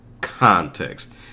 context